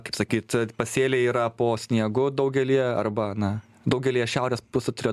kaip sakyt pasėliai yra po sniegu daugelyje arba na daugelyje šiaurės pusrutulio